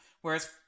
whereas